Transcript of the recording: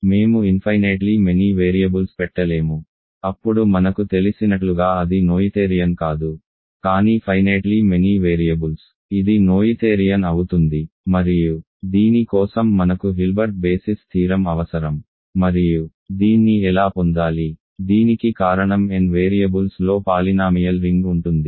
మేము infinitely many variables పెట్టలేము అప్పుడు మనకు తెలిసినట్లుగా అది నోయిథేరియన్ కాదు కానీ ఫైనేట్లీ మెనీ వేరియబుల్స్ ఇది నోయిథేరియన్ అవుతుంది మరియు దీని కోసం మనకు హిల్బర్ట్ బేసిస్ థీరం అవసరం మరియు దీన్ని ఎలా పొందాలి దీనికి కారణం n వేరియబుల్స్లో పాలినామియల్ రింగ్ ఉంటుంది